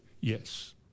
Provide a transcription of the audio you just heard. yes